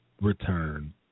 return